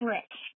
Rich